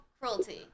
cruelty